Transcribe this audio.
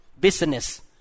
business